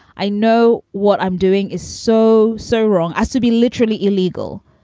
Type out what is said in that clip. i know what i'm doing is so, so wrong as to be literally illegal.